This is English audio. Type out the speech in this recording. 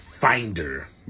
finder